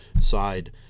side